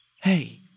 Hey